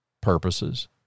purposes